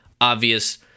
obvious